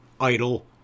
Idle